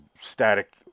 static